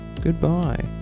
Goodbye